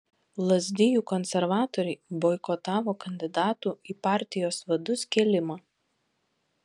lazdijų konservatoriai boikotavo kandidatų į partijos vadus kėlimą